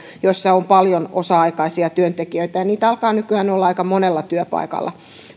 joissa on paljon osa aikaisia työntekijöitä ja niitä alkaa nykyään olla aika monella työpaikalla